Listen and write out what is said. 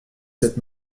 cette